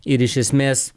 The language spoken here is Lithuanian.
ir iš esmės